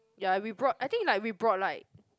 ya we brought I think like we brought like